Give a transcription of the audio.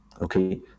okay